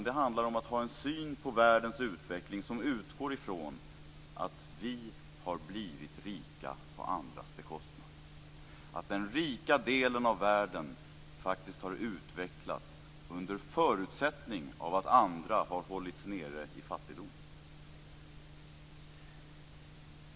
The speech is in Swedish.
Det handlar om att ha en syn på världens utveckling som utgår från att vi har blivit rika på andras bekostnad, att den rika delen av världen faktiskt har utvecklats under förutsättning av att andra har hållits nere i fattigdom.